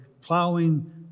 plowing